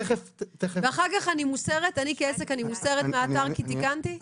ואחר כך כעסק אני מוסרת מהאתר כי תיקנתי?